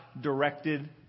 directed